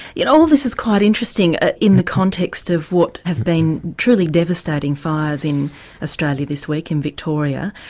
yet all of this is quite interesting ah in the context of what have been truly devastating fires in australia this week, in victoria.